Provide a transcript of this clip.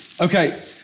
Okay